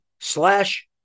slash